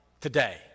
today